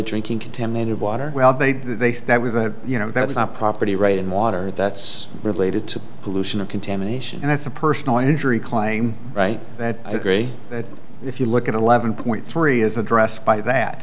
drinking contaminated water well they they thought that was a you know that's not a property right in water that's related to pollution of contamination and that's a personal injury claim that agree that if you look at eleven point three is addressed by that